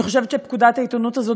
אני חושבת שפקודת העיתונות הזו,